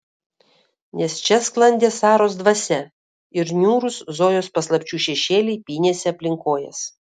nes čia sklandė saros dvasia ir niūrūs zojos paslapčių šešėliai pynėsi aplink kojas